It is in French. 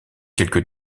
quelque